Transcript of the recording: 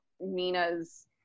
Mina's